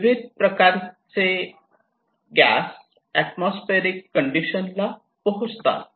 त्यामुळे विविध प्रकारचे आत्मोस्फरिक कंडिशन ला पोहोचतात